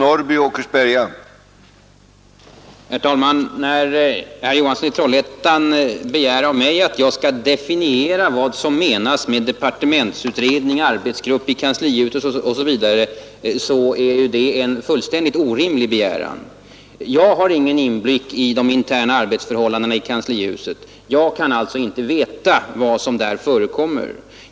Herr talman! Herr Johansson i Trollhättan begär av mig att jag skall definiera vad som menas med departementutredning, arbetsgrupp i kanslihuset osv. Det är en fullständigt orimlig begäran. Jag har ingen inblick i de interna arbetsförhållandena i kanslihuset. Jag kan alltså inte veta vad som där förekommer.